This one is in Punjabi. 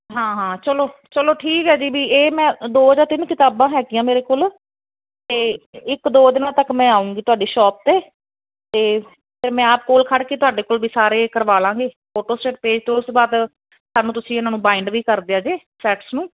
ਹਾਂ ਹਾਂ ਚਲੋ ਚਲੋ ਠੀਕ ਹੈ ਜੀ ਵੀ ਇਹ ਮੈਂ ਦੋ ਜਾਂ ਤਿੰਨ ਕਿਤਾਬਾਂ ਹੈਗੀਆਂ ਮੇਰੇ ਕੋਲ ਤੇ ਇੱਕ ਦੋ ਦਿਨਾਂ ਤੱਕ ਮੈਂ ਆਉਂਗੀ ਤੁਹਾਡੀ ਸ਼ੋਪ ਤੇ ਫਿਰ ਮੈਂ ਆਪ ਕੋਲ ਖੜ ਕੇ ਤੁਹਾਡੇ ਕੋਲ ਵੀ ਸਾਰੇ ਕਰਵਾ ਲਾਂਗੇ ਫੋਟੋਸਟੇਟ ਪੇਜ ਤੇ ਉਸ ਤੋਂ ਬਾਦ ਤੁਸੀਂ ਇਹਨਾਂ ਨੂੰ ਬਾਇਡ ਵੀ ਕਰਦੇ ਆ ਜੇ ਸੈਟਸ ਨੂੰ